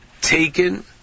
taken